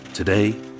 Today